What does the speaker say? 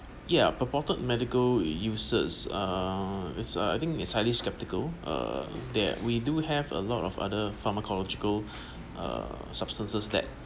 ya purported medical uses uh it's a I think is highly skeptical uh that we do have a lot of other pharmacological uh substances that